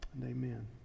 Amen